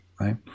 right